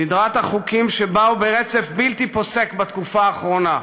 סדרת החוקים שבאו ברצף בלתי פוסק בתקופה האחרונה,